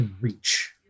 reach